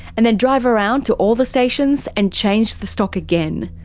and then drive around to all the stations, and change the stock again.